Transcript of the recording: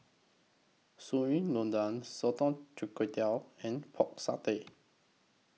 Sayur Lodeh Sotong Char Kway and Pork Satay